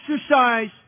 exercise